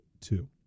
two